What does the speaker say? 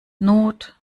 not